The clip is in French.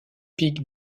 pic